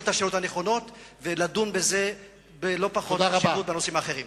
את השאלות הנכונות ולדון בזה בלא פחות חשיבות מהנושאים האחרים.